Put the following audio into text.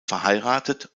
verheiratet